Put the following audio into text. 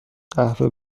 قهوه